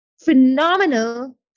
phenomenal